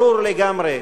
ברור לגמרי